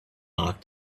mark